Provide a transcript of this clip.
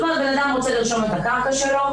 בן אדם רוצה לרשום את הקרקע שלו,